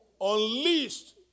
unleashed